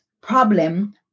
problem